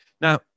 Now